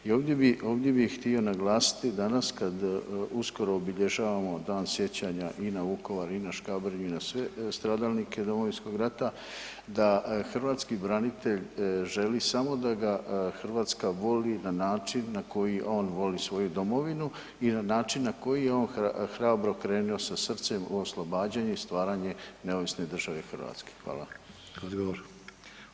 I ovdje bi, ovdje bi htio naglasiti danas kad uskoro obilježavamo Dan sjećanja i na Vukovar i na Škabrnju i na sve stradalnike Domovinskog rata da hrvatski branitelj želi da ga Hrvatska voli na način na koji on voli svoju domovinu i na način na koji je on hrabro krenuo sa srcem u oslobađanje i stvaranje neovisne države Hrvatske.